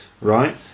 right